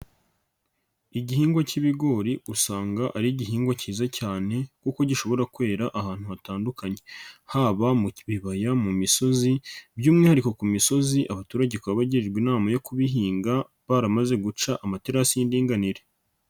Igihingwa cy'ibigori usanga ari igihingwa cyiza cyane kuko gishobora kwera ahantu hatandukanye. Haba mu bibaya, mu misozi by'umwihariko ku misozi abaturage bakaba bagirwa inama yo kubihinga, baramaze guca amaterasi y'indganire.